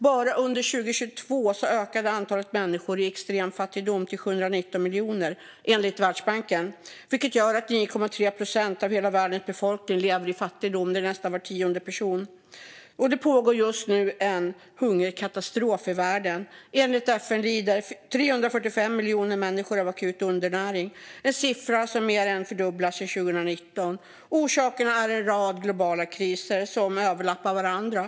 Bara under 2022 ökade antalet människor i extremfattigdom till 719 miljoner, enligt Världsbanken, vilket gör att 9,3 procent av hela världens befolkning lever i fattigdom. Det är nästan var tionde person. Det pågår just nu en hungerkatastrof i världen. Enligt FN lider 345 miljoner människor av akut undernäring - en siffra som har mer än fördubblats sedan 2019. Orsakerna är en rad globala kriser som överlappar varandra.